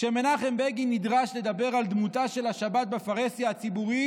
כשמנחם בגין נדרש לדבר על דמותה של השבת בפרהסיה הציבורית,